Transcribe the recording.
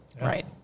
Right